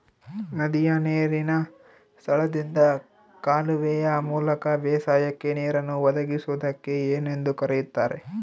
ನದಿಯ ನೇರಿನ ಸ್ಥಳದಿಂದ ಕಾಲುವೆಯ ಮೂಲಕ ಬೇಸಾಯಕ್ಕೆ ನೇರನ್ನು ಒದಗಿಸುವುದಕ್ಕೆ ಏನೆಂದು ಕರೆಯುತ್ತಾರೆ?